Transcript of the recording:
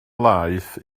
laeth